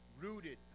rooted